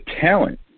talent